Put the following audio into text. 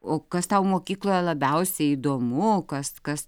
o kas tau mokykloje labiausiai įdomu kas kas